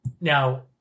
now